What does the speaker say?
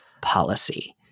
policy